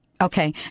okay